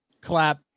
clap